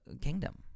kingdom